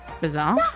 Bizarre